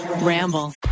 Ramble